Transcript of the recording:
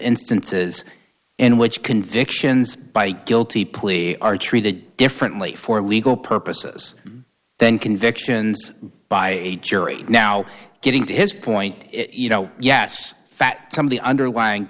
instances in which convictions by guilty plea are treated differently for legal purposes then convictions by a jury now getting to his point you know yes that some of the underlying